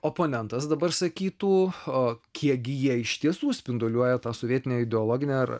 oponentas dabar sakytų o kiekgi jie iš tiesų spinduliuoja tą sovietinę ideologinę ar